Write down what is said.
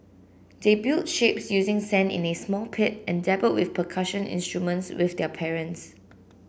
they built shapes using sand in a small pit and dabbled with percussion instruments with their parents